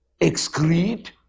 excrete